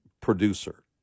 producer